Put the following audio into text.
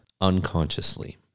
unconsciously